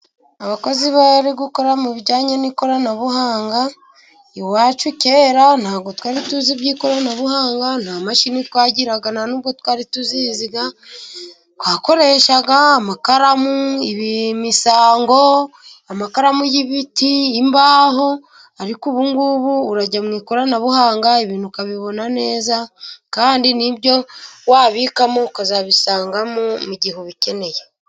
Abakozi bari gukora mu bijyanye n'ikoranabuhanga. Iwacu kera nta bwo twari tuzi iby'ikoranabuhanga, nta mashini twagiraga nta n'ubwo twari turizi twakoreshaga amakaramu, imisango, amakaramu y'ibiti, imbaho, ariko ubu ngubu urajya mu ikoranabuhanga ibintu ukabibona neza, kandi ibyo wabikamo ukazabisangamo mu gihe ubikeneye.